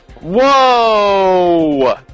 Whoa